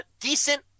decent